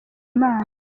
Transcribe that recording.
imana